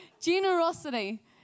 generosity